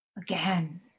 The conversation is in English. again